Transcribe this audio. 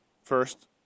First